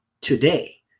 today